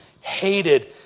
hated